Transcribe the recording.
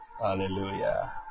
Hallelujah